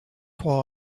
while